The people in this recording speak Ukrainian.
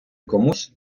комусь